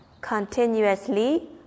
continuously